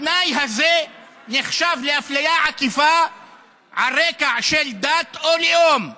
התנאי הזה נחשב לאפליה עקיפה על רקע דת או לאום,